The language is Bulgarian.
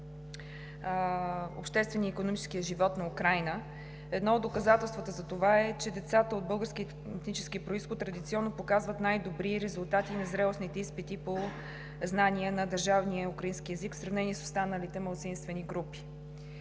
обществения и икономическия живот на Украйна. Едно от доказателствата за това е, че децата от български етнически произход традиционно показват най-добри резултати на зрелостните изпити по знания на държавния украински език в сравнение с останалите малцинствени групи.